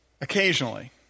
occasionally